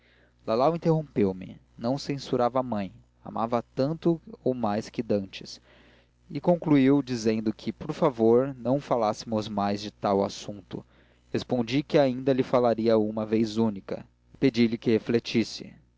lalau interrompeu me não censurava a mãe amava-a tanto ou mais que dantes e concluiu dizendo que por favor não falássemos mais de tal assunto respondi-lhe que ainda lhe falaria uma vez única pedi-lhe que refletisse